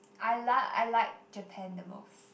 I lik~ I like Japan the most